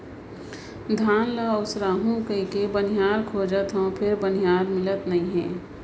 धान ल ओसाहू कहिके बनिहार खोजत हँव फेर बनिहार मिलत नइ हे